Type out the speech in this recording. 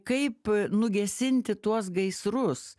kaip nugesinti tuos gaisrus